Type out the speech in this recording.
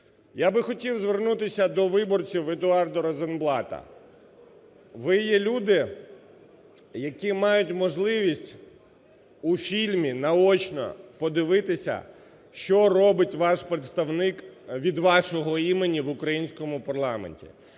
Я хотів би звернутися до виборців Едуарда Розенблата. Ви є люди, які мають можливість у фільмі наочно подивитися, що робить ваш представник від вашого імені в українському парламенті.